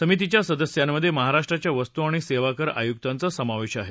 समितीच्या सदस्यांमधे महाराष्ट्राच्या वस्त आणि सेवा कर आयूकांचा समावेश आहे